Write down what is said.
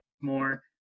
more